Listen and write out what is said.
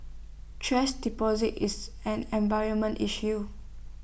thrash deposit is an environmental issue